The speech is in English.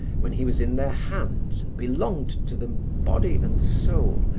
when he was in their hands and belonged to them body and soul,